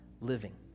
living